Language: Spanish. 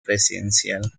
presidencial